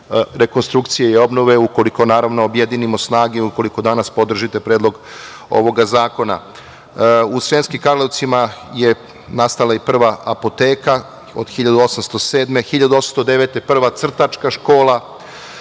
rekonstrukcije i obnove, ukoliko naravno, objedinimo snage, ukoliko danas podržite predlog ovog zakona.U Sremskim Karlovcima je nastala i prva apoteka, od 1807. godine, a 1809. godine, prva crtačka škola,